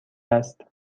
است